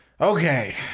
okay